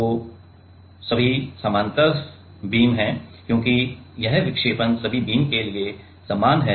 तो और सभी बीम समानांतर हैं क्योंकि यह विक्षेपण सभी बीम के लिए समान है